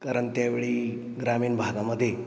कारण त्यावेळी ग्रामीण भागामध्ये